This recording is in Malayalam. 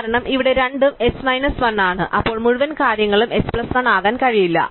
കാരണം ഇവിടെ രണ്ടും h മൈനസ് 1 ആണ് അപ്പോൾ മുഴുവൻ കാര്യങ്ങളും h പ്ലസ് 1 ആകാൻ കഴിയില്ല